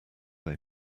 they